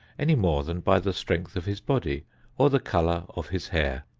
any more than by the strength of his body or the color of his hair.